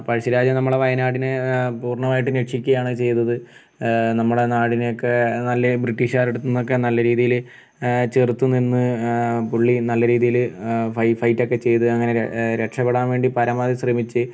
പഴശ്ശിരാജ നമ്മുടെ വയനാടിനെ പൂർണ്ണമായിട്ടും രക്ഷിക്കുകയാണ് ചെയ്തത് നമ്മുടെ നാടിനൊക്കെ നല്ല ബ്രിട്ടീഷ്ക്കാരുടെടുത്തുന്നൊക്കെ നല്ല രീതിയിൽ ചെറുത്ത് നിന്ന് പുള്ളി നല്ല രീതിയിൽ ഫൈ ഫൈറ്റൊക്കെ ചെയ്ത് അങ്ങനെ ര രക്ഷപെടാൻ വേണ്ടി പരമാവധി ശ്രമിച്ചു